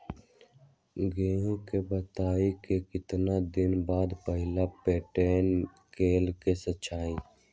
गेंहू के बोआई के केतना दिन बाद पहिला पटौनी कैल जा सकैछि?